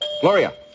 Gloria